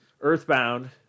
Earthbound